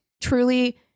truly